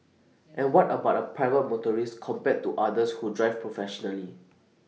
and what about A private motorist compared to others who drive professionally